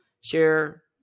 share